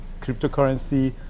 cryptocurrency